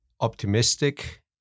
optimistic